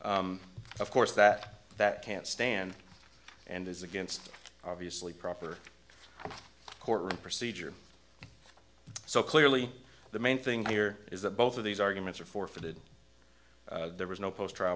of course that that can't stand and is against obviously proper courtroom procedure so clearly the main thing here is that both of these arguments are forfeited there was no post trial